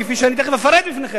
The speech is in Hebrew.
כפי שאני תיכף אפרט בפניכם.